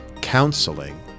counseling